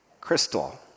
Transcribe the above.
Crystal